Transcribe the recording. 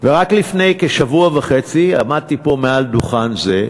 ורק לפני כשבוע וחצי עמדתי פה, על דוכן זה,